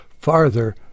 farther